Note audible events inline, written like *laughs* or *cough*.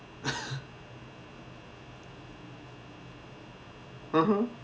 *laughs* (uh huh)